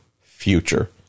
future